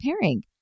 pairing